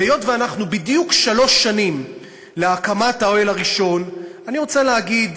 והיות שאנחנו בדיוק שלוש שנים להקמת האוהל הראשון אני רוצה להגיד,